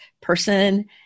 person